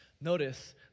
notice